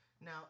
Now